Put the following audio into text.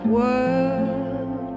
world